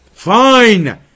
Fine